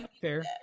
fair